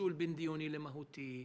הפיצול בין דיוני למהותי,